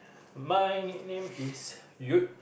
my name is Yewd